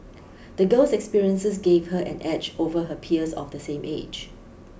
the girl's experiences gave her an edge over her peers of the same age